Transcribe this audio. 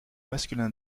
masculin